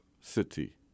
City